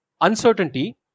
Uncertainty